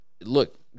look